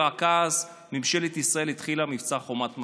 ורק אז ממשלת ישראל התחילה במבצע חומת מגן.